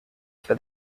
for